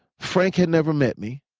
frank had never met me,